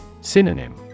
Synonym